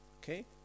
Okay